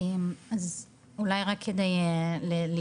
אז אולי רק כדי להתכנס,